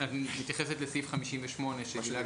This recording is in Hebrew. את מתייחסת לסעיף 58 שדילגנו עליו.